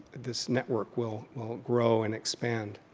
this network, will will grow and expand.